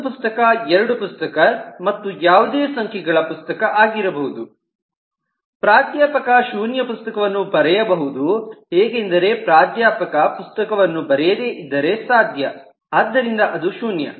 ಒಂದು ಪುಸ್ತಕ ಎರಡು ಪುಸ್ತಕ ಮತ್ತು ಯಾವುದೇ ಸಂಖ್ಯೆಗಳ ಪುಸ್ತಕ ಆಗಿರಬಹುದು ಪ್ರಾಧ್ಯಾಪಕ ಶೂನ್ಯ ಪುಸ್ತಕವನ್ನು ಬರೆಯಬಹುದು ಹೇಗೆಂದರೆ ಪ್ರಾಧ್ಯಾಪಕ ಪುಸ್ತಕವನ್ನು ಬರೆಯದೆ ಇದ್ದರೆ ಸಾಧ್ಯ ಆದ್ದರಿಂದ ಅದು ಶೂನ್ಯ